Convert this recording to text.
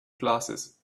glasses